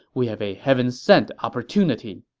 we have a heaven-sent opportunity.